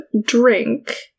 drink